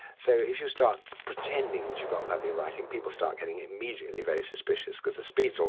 so if you start pretending that you've got lovely writing, people start getting immediately very suspicious because the speed is all